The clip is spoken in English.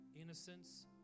innocence